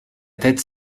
tête